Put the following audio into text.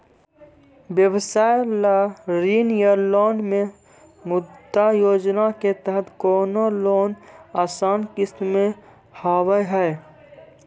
व्यवसाय ला ऋण या लोन मे मुद्रा योजना के तहत कोनो लोन आसान किस्त मे हाव हाय?